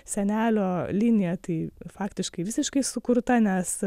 senelio linija tai faktiškai visiškai sukurta nes